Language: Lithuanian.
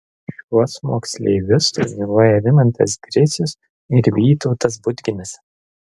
šiuos moksleivius treniruoja rimantas gricius ir vytautas budginas